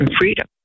freedom